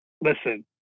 listen